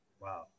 Wow